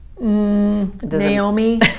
Naomi